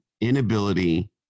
inability